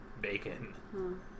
bacon